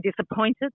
disappointed